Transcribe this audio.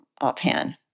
offhand